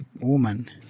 Woman